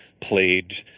played